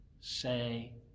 say